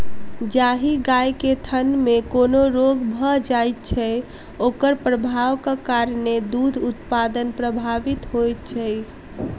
जाहि गाय के थनमे कोनो रोग भ जाइत छै, ओकर प्रभावक कारणेँ दूध उत्पादन प्रभावित होइत छै